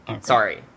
Sorry